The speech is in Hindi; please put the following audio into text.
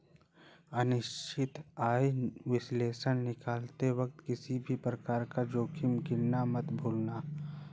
निश्चित आय विश्लेषण निकालते वक्त किसी भी प्रकार का जोखिम गिनना मत भूलना